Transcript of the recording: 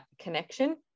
connection